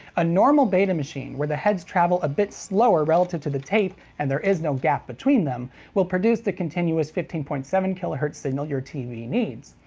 a normal beta machine, where the heads travel a bit slower relative to the tape and there is no gap between them, will produce the continuous fifteen point seven kilohertz signal your tv needs.